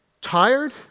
tired